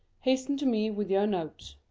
hasten to me with your notes.